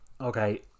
okay